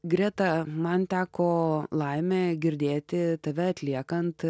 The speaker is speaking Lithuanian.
greta man teko laimė girdėti tave atliekant